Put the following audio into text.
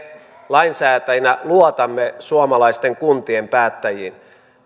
lainsäätäjinä luotamme suomalaisten kuntien päättäjiin